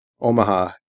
Omaha